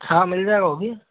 हाँ मिल जाएगा वह भी